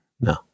No